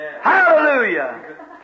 Hallelujah